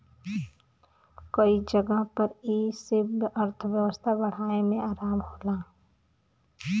कई जगह पर ई से अर्थव्यवस्था बढ़ाए मे आराम होला